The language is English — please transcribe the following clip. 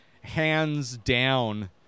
hands-down